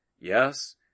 Yes